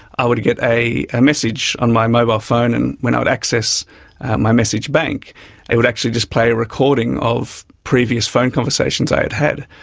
i would get a message on my mobile phone and when i'd access my message bank it would actually just play a recording of previous phone conversations i had had,